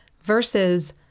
Versus